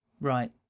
Right